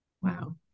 Wow